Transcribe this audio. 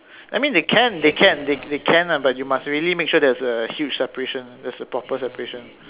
I mean they can they can they they can lah but you must really make sure there's a huge separation there's a proper separation